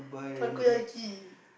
Takoyaki